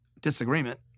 Disagreement